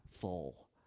full